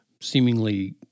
seemingly